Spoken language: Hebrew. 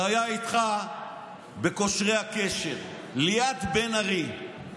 שהיה איתך בקושרי הקשר, ליד בן ארי,